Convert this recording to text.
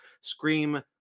Scream